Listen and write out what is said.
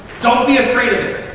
don't be afraid of it.